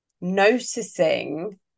noticing